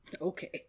Okay